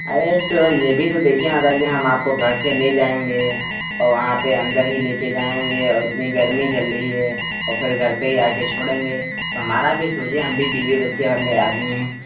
अरे तो यह भी तो देखिए माता जी हम आपको घर से ले जाएंगे और वहाँ पर अंदर ही लेकर जाएंगे इतनी गर्मी चल रही है औ फिर घर पर ही आकर छोड़ेंगे हमारा भी सोचिए हम भी बीवी बच्चे वाले आदमी हैं